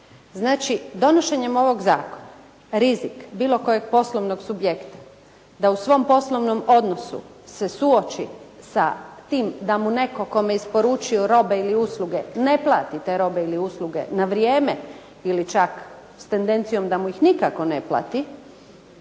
Znači donošenjem ovoga zakona, rizik bilo kojeg poslovnog subjekta da u svom poslovnom odnosu se suoči sa time da mu netko kome je isporučio robe ili usluge, ne plati te robe ili usluge na vrijeme, ili čak sa tendencijom da mu ih nikako ne plati,